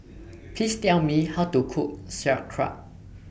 Please Tell Me How to Cook Sauerkraut